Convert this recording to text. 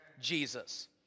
Jesus